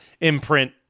imprint